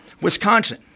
Wisconsin